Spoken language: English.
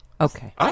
Okay